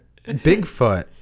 Bigfoot